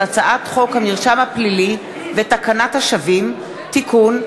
הצעת חוק המרשם הפלילי ותקנת השבים (תיקון,